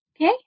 Okay